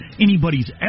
anybody's